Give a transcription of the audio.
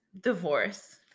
Divorce